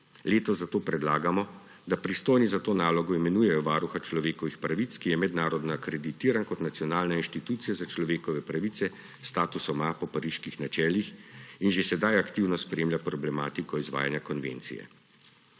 Letos zato predlagamo, da pristojni za to nalogo imenujejo Varuha človekovih pravic, ki je mednarodno akreditiran kot nacionalna institucija za človekove pravice s statusom A po pariških načelih in že sedaj aktivno spremlja problematiko izvajanja konvencije.